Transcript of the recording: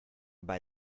bei